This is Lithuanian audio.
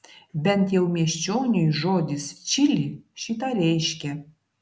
bent jau miesčioniui žodis čili šį tą reiškia